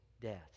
death